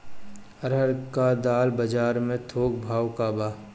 अरहर क दाल बजार में थोक भाव का बा?